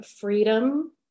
freedom